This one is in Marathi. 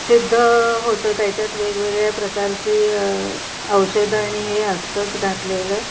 शुद्ध होतं त्याच्यात वेगवेगळ्या प्रकारची औषधं आणि हे असतंच घातलेलं